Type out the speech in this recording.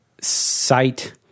sight